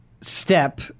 step